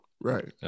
right